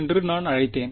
என்று நான் அழைத்தேன்